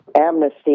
Amnesty